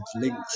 links